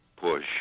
push